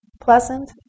Pleasant